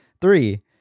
three